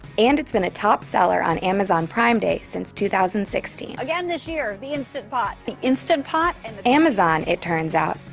and it's been a top seller on amazon prime day since two thousand and sixteen. again this year, the instant pot. the instant pot. and amazon, it turns out,